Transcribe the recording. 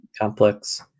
complex